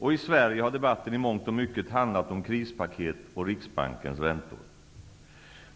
-- I Sverige har debatten i mångt och mycket handlat om krispaket och Riksbankens räntor.